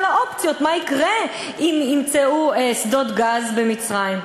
האופציות מה יקרה אם יימצאו שדות גז במצרים?